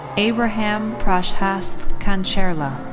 abraham prashasth kancherla.